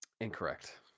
Incorrect